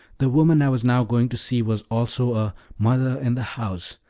the woman i was now going to see was also a mother in the house,